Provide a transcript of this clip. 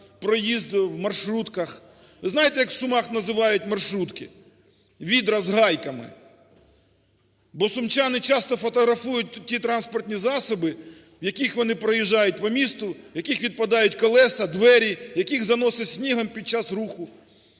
проїзд у маршрутках. Ви знаєте, як у Сумах називають маршрутки? Відра з гайками. Бо сумчани часто фотографують ті транспортні засоби, в яких вони проїжджають по місту, в яких відпадають колеса, двері, яких заносить снігом під час руху